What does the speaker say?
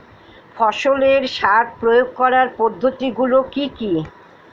ফসলের সার প্রয়োগ করার পদ্ধতি গুলো কি কি?